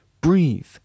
Breathe